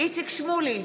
איציק שמולי,